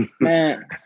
Man